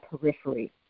periphery